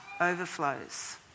overflows